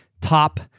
top